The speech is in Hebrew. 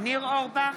ניר אורבך,